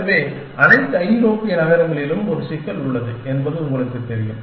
எனவே அனைத்து ஐரோப்பிய நகரங்களிலும் ஒரு சிக்கல் உள்ளது என்பது உங்களுக்குத் தெரியும்